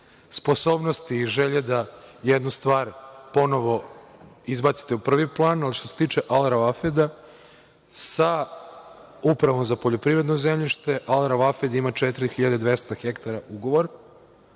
sposobnosti i želje da jednu stvar ponovo izbacite u prvi plan, ali što se tiče „Al Ravafeda“, sa Upravom za poljoprivredno zemljište „Al Ravafed“ ima 4.200 ha ugovor,